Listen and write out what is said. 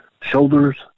shoulders